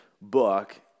book